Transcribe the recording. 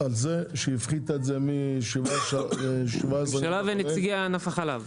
על זה שהיא הפחיתה את זה מ-17% --- הממשלה ונציגי ענף החלב,